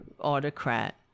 autocrat